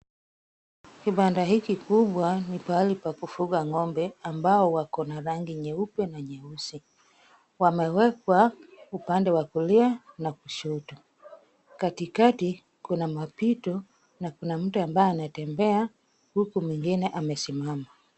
Kibanda hiki kubwa ni pahali pa kufuga ng'ombe ambao wako na rangi nyeupe na nyeusi. Wamewekwa upande wa kulia na kushoto. Katikati kuna mapito na kuna mtu ambaye anatembea huku mwingine amesimama.